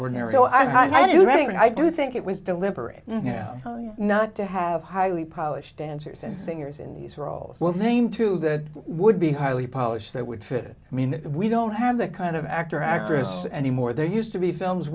and i do think it was deliberate not to have highly polished dancers and singers in these roles well name two that would be highly polished that would fit i mean we don't have that kind of actor or actress anymore there used to be films